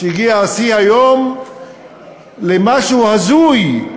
והיום הגיע השיא למשהו הזוי,